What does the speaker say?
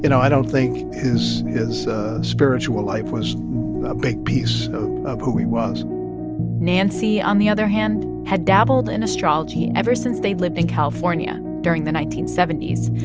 you know i don't think his his spiritual life was a big piece of who he was nancy, on the other hand, had dabbled in astrology ever since they lived in california during the nineteen seventy s.